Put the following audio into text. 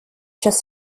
час